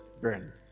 burn